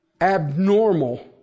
abnormal